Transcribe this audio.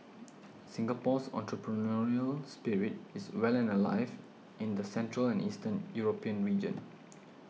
Singapore's entrepreneurial spirit is well and alive in the central and Eastern European region